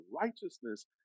righteousness